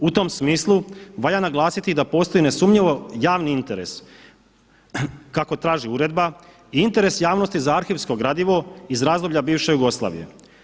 U tom smislu valja naglasiti i da postoji nesumnjivo javni interes kako traži uredba i interes javnosti za arhivsko gradivo iz razdoblja bivše Jugoslavije.